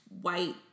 white